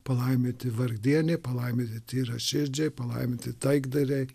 palaiminti vargdieniai palaiminti tyraširdžiai palaiminti taikdariai